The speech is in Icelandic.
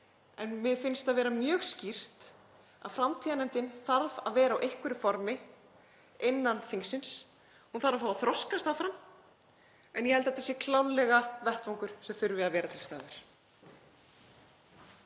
en mér finnst það vera mjög skýrt að framtíðarnefndin þarf að vera á einhverju formi innan þingsins. Hún þarf að fá að þroskast áfram og ég held að þetta sé klárlega vettvangur sem þurfi að vera til staðar.